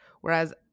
whereas